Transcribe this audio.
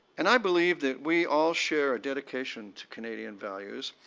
and i believe that we all share a dedication to canadian values.